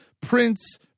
prince